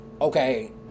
okay